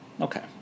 Okay